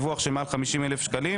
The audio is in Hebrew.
לגבי דיווח של מעל 50 אלף שקלים